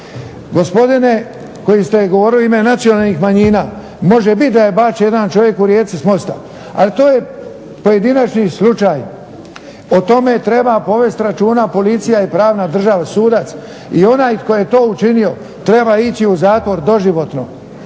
Gospodine koji ste govorili u ime nacionalnih manjina, može bit da je bačen jedan čovjek u Rijeci s mosta, ali to je pojedinačni slučaj. O tome treba povest računa policija i pravna država, sudac i onaj tko je to učinio treba ići u zatvor doživotno.